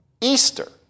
Easter